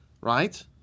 Right